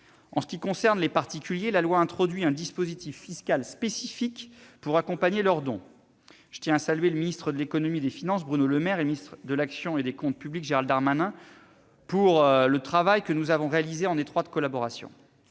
En ce qui concerne les particuliers, la loi introduit un dispositif fiscal spécifique pour accompagner leurs dons. Je tiens à saluer le ministre de l'économie et des finances, Bruno Le Maire, ainsi que le ministre de l'action et des comptes publics, Gérald Darmanin, pour le travail que nous avons réalisé en étroite collaboration.